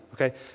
okay